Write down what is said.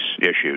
issues